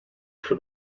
for